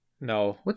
No